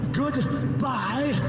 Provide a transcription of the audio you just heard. goodbye